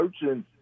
searching